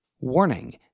Warning